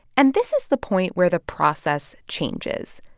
and this is the point where the process changes.